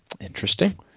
Interesting